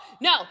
No